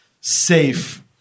safe